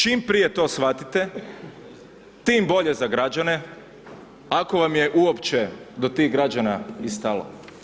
Čim prije to shvatite, tim bolje za građane, ako vam je uopće do tih građana i stalo.